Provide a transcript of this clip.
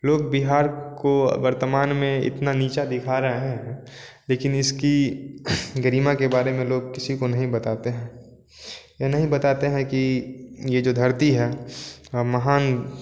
लोग बिहार को वर्तमान में इतना नीचा दिखा रहे हैं लेकिन इसकी गरिमा के बारे में लोग किसी को नहीं बताते हैं यह नहीं बताते हैं कि यह जो धरती है हमान